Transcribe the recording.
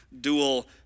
dual